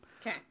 Okay